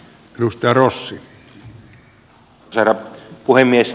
arvoisa herra puhemies